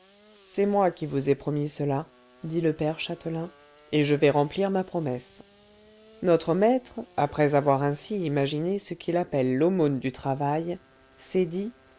c'est moi qui vous ai promis cela dit le père châtelain et je vais remplir ma promesse notre maître après avoir ainsi imaginé ce qu'il appelle l'aumône du travail s'est dit